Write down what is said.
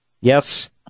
Yes